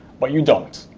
but you don't.